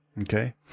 Okay